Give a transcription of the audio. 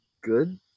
good